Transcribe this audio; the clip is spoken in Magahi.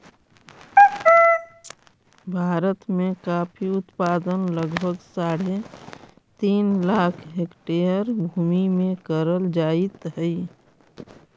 भारत में कॉफी उत्पादन लगभग साढ़े तीन लाख हेक्टेयर भूमि में करल जाइत हई